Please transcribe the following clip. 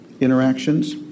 interactions